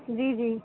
جی جی